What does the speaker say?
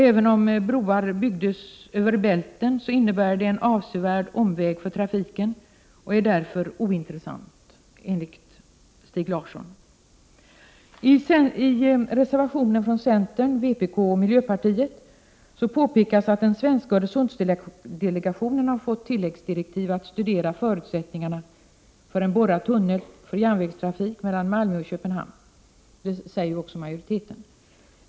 Även om broar byggdes över Bälten skulle det innebära en avsevärd omväg för trafiken och är därför enligt Stig Larsson ointressant. I reservationen från centern, vpk och miljöpartiet påpekas att den svenska Öresundsdelegationen har fått tilläggsdirektiv att studera förutsättningarna för en borrad tunnel för järnvägstrafik mellan Malmö och Köpenhamn. Det säger också majoriteten.